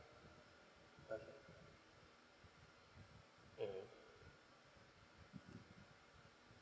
okay mmhmm